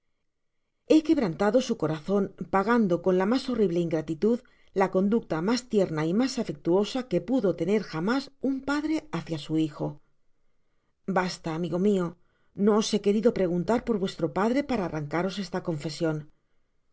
he quebrantado su corazon pagando con la mas horrible ingratitud la conducta mas lierua y mas afectuosa que pudo tener jamás un padre hácia su hijo basta amigo mfa no os h querido preguntar por vuestro padre para arrancaros osla confesion